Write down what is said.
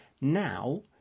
Now